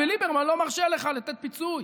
וליברמן לא מרשה לך לתת פיצוי.